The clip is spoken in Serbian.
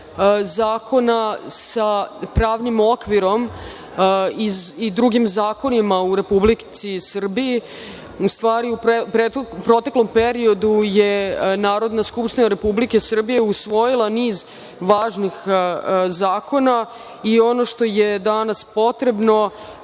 zakona sa pravnim okvirom i drugim zakonima u Republici Srbiji. U proteklom periodu je Narodna skupština Republike Srbije usvojila niz važnih zakona i ono što je danas potrebno